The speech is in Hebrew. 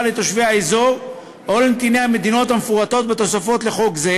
לתושבי האזור או לנתיני המדינות המפורטות בתוספות לחוק זה.